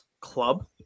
club